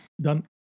done